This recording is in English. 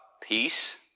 peace